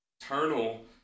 eternal